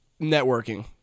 networking